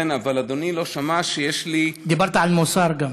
כן, אבל אדוני לא שמע שיש לי, דיברת גם על מוסר.